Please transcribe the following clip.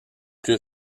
plus